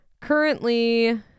currently